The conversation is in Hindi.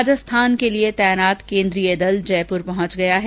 राजस्थान के लिए तैनात केन्द्रीय दल जयपुर पहँच गया है